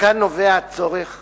מכאן נובע הצורך